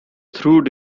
through